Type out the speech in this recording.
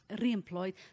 re-employed